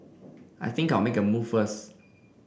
I think I'll make move first